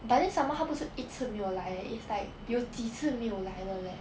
but then some more 她不是一次没有来 eh it's like 有几次没有来了 leh